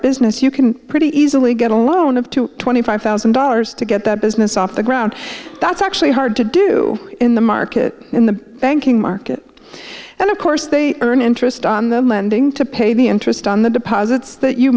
business you can pretty easily get a loan of two twenty five thousand dollars to get that business off the ground that's actually hard to do in the market in the banking market and of course they earn interest on the lending to pay the interest on the deposits that you